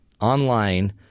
online